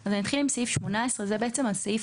אני אתחיל עם סעיף 18. זה בעצם הסעיף